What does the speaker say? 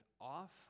off